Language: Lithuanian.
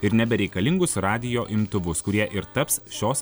ir nebereikalingus radijo imtuvus kurie ir taps šios